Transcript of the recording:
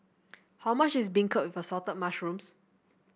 how much is beancurd with Assorted Mushrooms